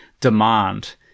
demand